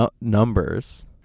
numbers